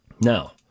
Now